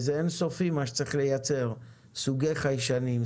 זה אין-סופי מה שצריך לייצר: סוגי חיישנים,